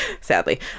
sadly